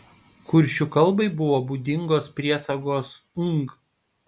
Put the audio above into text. kuršių kalbai buvo būdingos priesagos ng